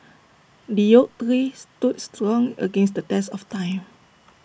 the oak tree stood strong against the test of time